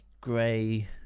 gray